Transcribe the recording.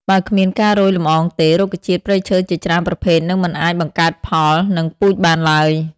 បើគ្មានការរោយលំអងទេ រុក្ខជាតិព្រៃឈើជាច្រើនប្រភេទនឹងមិនអាចបង្កើតផល និងពូជបានឡើយ។